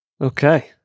Okay